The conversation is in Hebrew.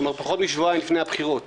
פחות משבועיים לפני הבחירות